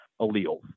alleles